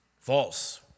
False